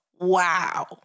Wow